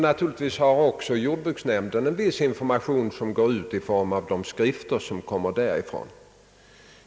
Naturligtvis lämnar också jordbruksnämnden viss information som går ut i form av publikationer.